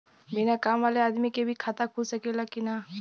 बिना काम वाले आदमी के भी खाता खुल सकेला की ना?